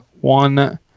one